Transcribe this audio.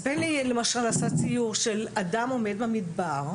אז בני, למשל, עשה ציור של אדם עומד במדבר,